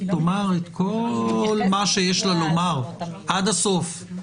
תאמר את כל מה שיש לה לומר עד הסוף,